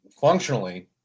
functionally